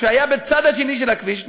שהיה בצד השני של הכביש,